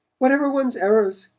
whatever one's errors,